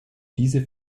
diese